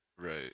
Right